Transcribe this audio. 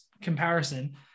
comparison